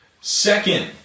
Second